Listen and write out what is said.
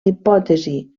hipòtesi